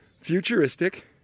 Futuristic